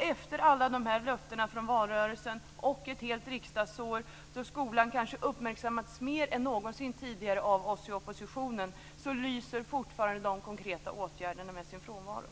Efter alla löften från valrörelsen, och efter ett helt riksdagsår då skolan uppmärksammats kanske mer än någonsin tidigare av oss i oppositionen, lyser de konkreta åtgärderna fortfarande med sin frånvaro.